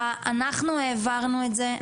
אנחנו העברנו את זה,